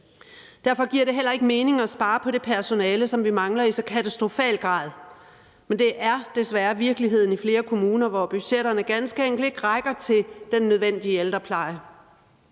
Derfor giver det heller ikke mening at spare på det personale, som vi mangler i så katastrofal grad, men det er desværre virkeligheden i flere kommuner, hvor budgetterne ganske enkelt ikke rækker til den nødvendige ældrepleje.